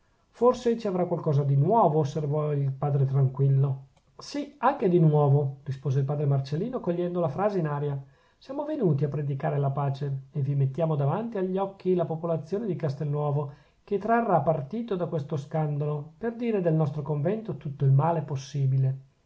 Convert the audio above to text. forse ci avrà qualcosa di nuovo osservò il padre tranquillo sì anche di nuovo rispose il padre marcellino cogliendo la frase in aria siamo venuti a predicare la pace e vi mettiamo davanti agli occhi la popolazione di castelnuovo che trarrà partito da questo scandalo per dire del nostro convento tutto il male possibile